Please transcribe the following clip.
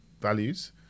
values